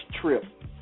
trip